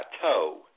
plateau